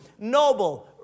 noble